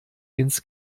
ins